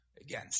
Again